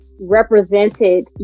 represented